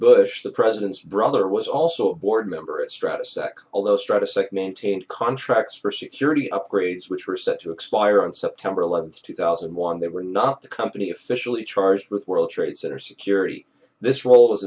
bush the president's brother was also board member of strata sec although strata sec maintained contracts for security upgrades which were set to expire on september eleventh two thousand and one they were not the company officially charged with world trade center security this